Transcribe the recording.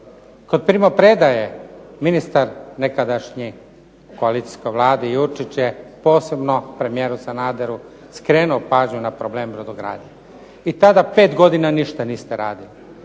Kod primopredaje ministar nekadašnji u koalicijskoj Vladi Jurčić je posebno premijeru Sanaderu skrenuo pažnju na problem brodogradnje i tada 5 godina ništa niste radili.